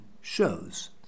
shows